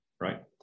right